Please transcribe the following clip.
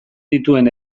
dituen